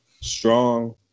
strong